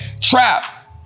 Trap